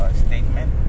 statement